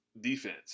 defense